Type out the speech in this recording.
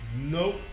Nope